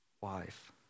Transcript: wife